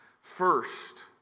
First